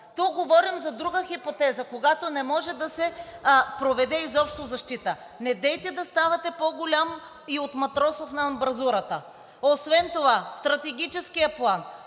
Тук говорим за друга хипотеза: когато не може да се проведе изобщо защита. Недейте да ставате по-голям и от Матросов на амбразурата. Освен това Стратегическият план